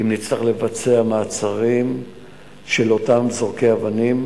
אם נצטרך לבצע מעצרים של אותם זורקי אבנים,